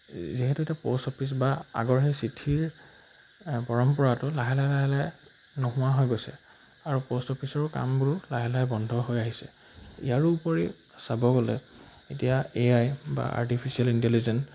যিহেতু এতিয়া post office বা আগৰ সেই চিঠিৰ পৰম্পৰাটো লাহে লাহে লাহে লাহে নোহোৱা হৈ গৈছে আৰু প'ষ্ট অফিচৰো কামবোৰো লাহে লাহে বন্ধ হৈ আহিছে ইয়াৰোপৰি চাব গ'লে এতিয়া এ আই বা আৰ্টিফিচিয়েল ইণ্টেলিজেঞ্চ